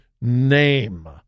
name